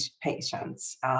patients